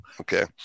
Okay